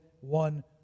one